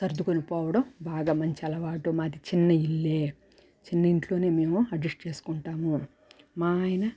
సర్దుకొనిపోవడం బాగా మంచి అలవాటు మాది చిన్న ఇల్లే చిన్న ఇంట్లోనే మేము అడ్జస్ట్ చేసుకుంటాము మా ఆయన